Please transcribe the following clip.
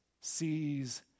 sees